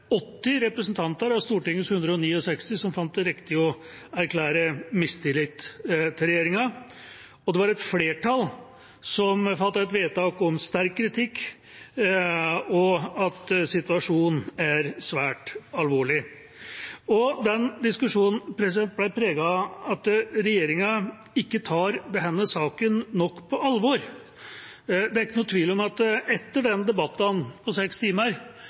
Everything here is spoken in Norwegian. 80 av Stortingets 169 representanter som fant det riktig å erklære mistillit til regjeringa, og et flertall fattet vedtak om sterk kritikk og om at situasjonen er svært alvorlig. Den diskusjonen ble preget av at regjeringa ikke tar denne saken nok på alvor. Det er ikke tvil om at etter debatten på seks timer